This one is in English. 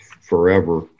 forever